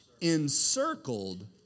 Encircled